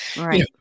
right